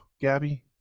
Gabby